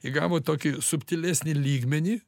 įgavo tokį subtilesnį lygmenį